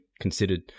considered